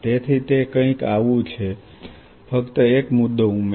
તેથી તે કંઈક આવું છે ફક્ત એક મુદ્દો ઉમેરો